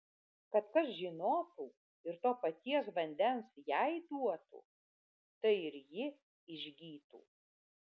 kad kas žinotų ir to paties vandens jai duotų tai ir ji išgytų